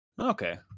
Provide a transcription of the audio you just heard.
Okay